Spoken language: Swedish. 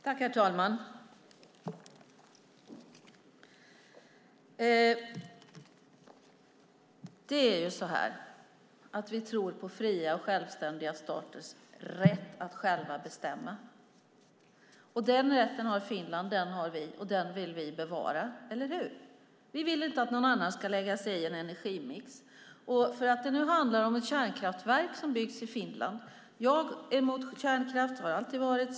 Herr talman! Vi tror på fria och självständiga staters rätt att själva bestämma. Denna rätt har Finland, och denna rätt har vi. Den vill vi bevara, eller hur? Vi vill inte att någon annan ska lägga sig i en energimix. Nu handlar det om ett kärnkraftverk som byggs i Finland. Jag är emot kärnkraft, och det har jag alltid varit.